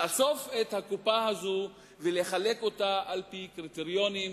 לאסוף לקופה הזאת ולחלק אותה על-פי קריטריונים